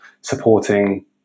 supporting